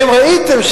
ואם ראיתם,